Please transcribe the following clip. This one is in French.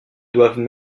doivent